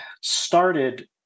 started